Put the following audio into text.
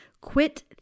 quit